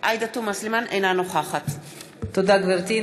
אינה נוכחת תודה, גברתי.